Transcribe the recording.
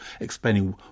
explaining